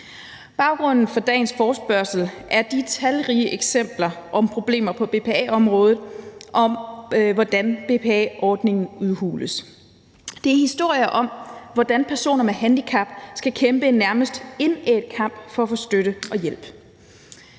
Baggrunden for dagens forespørgsel er de talrige eksempler på problemer på BPA-området, og hvordan BPA-ordningen udhules. Det er historier om, hvordan personer med handicap skal kæmpe en nærmest indædt kamp for at få støtte og hjælp.